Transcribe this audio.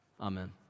Amen